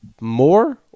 more